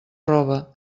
roba